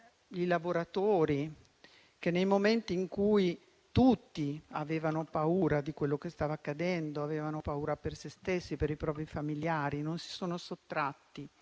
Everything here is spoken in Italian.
coloro che nei momenti in cui tutti avevano paura di quello che stava accadendo, avevano paura per se stessi e per i propri familiari, non si sono sottratti